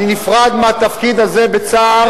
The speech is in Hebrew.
אני נפרד מהתפקיד הזה בצער.